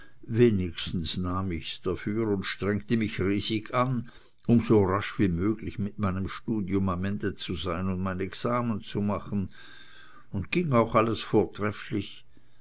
wenigstens nahm ich's dafür und strengte mich riesig an um so rasch wie möglich mit meinem studium am ende zu sein und mein examen zu machen und ging auch alles vortrefflich